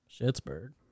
Pittsburgh